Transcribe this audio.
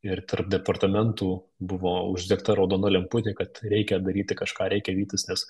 ir tarp departamentų buvo uždegta raudona lemputė kad reikia daryti kažką reikia vytis nes